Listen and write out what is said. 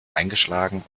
eingeschlagen